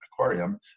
aquarium